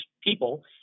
people